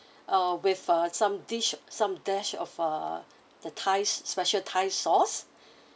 uh with uh some dish some dash of uh the thai's special thai sauce